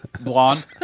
blonde